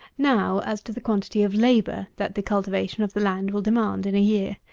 now, as to the quantity of labour that the cultivation of the land will demand in a year.